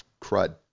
crud